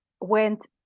went